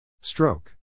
stroke